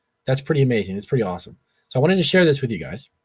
that's pretty amazing, it's pretty awesome. so, i wanted to share this with you, guys.